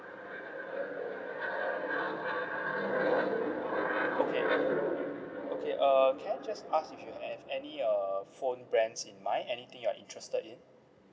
okay okay uh can I just ask you if you have any uh phone brands in mind anything you are interested in